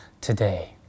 today